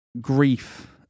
grief